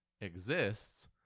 exists